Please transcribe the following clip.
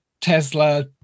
tesla